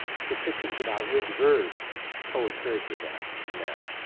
statistics about which verbs co-occurred with that noun.